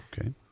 Okay